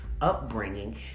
upbringing